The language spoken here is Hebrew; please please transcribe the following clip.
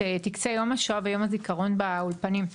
טכסי יום השואה ויום הזיכרון באולפנים,